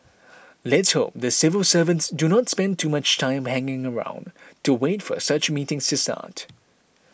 let's hope the civil servants do not spend too much time hanging around to wait for such meetings to start